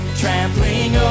trampling